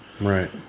right